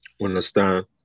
understand